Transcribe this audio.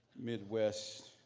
midwest